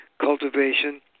cultivation